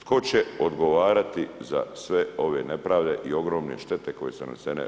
Tko će odgovarati za sve ove nepravde i ogromne štete koje nanesene RH?